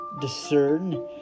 discern